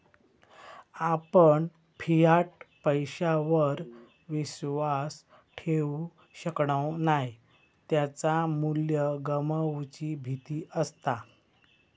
आपण फियाट पैशावर विश्वास ठेवु शकणव नाय त्याचा मू्ल्य गमवुची भीती असता